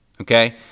Okay